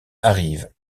arrive